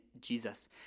Jesus